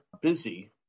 busy